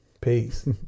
Peace